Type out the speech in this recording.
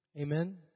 Amen